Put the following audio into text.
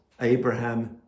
Abraham